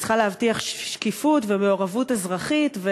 היא צריכה להבטיח שקיפות ומעורבות אזרחית,